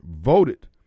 voted